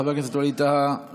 תודה רבה לחבר הכנסת ווליד טאהא.